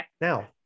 Now